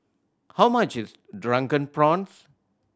how much is Drunken Prawns